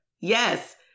Yes